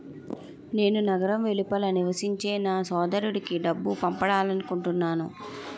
నేను నగరం వెలుపల నివసించే నా సోదరుడికి డబ్బు పంపాలనుకుంటున్నాను